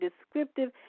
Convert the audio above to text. descriptive